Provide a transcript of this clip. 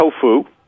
tofu